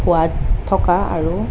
সোৱাদ থকা আৰু